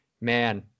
man